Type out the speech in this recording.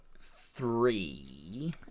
three